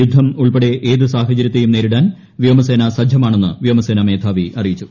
യുദ്ധം ഉൾപ്പെടെ ഏതു സാഹചര്യത്തെയും നേരിടാൻ വ്യോമസേനാ സജ്ജമാണെന്ന് വ്യോമസേനാ മേധാവി അറിയിച്ചു